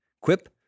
Quip